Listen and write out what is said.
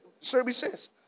services